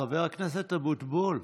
חבר הכנסת אבוטבול,